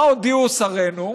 מה הודיעו שרינו?